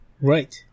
Right